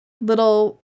little